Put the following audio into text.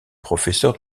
professeur